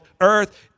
earth